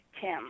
Tim